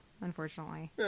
unfortunately